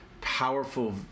powerful